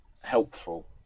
helpful